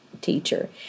teacher